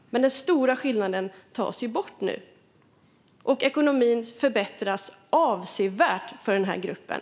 Men den stora skillnaden tas ju bort nu, och ekonomin förbättras avsevärt för den här gruppen.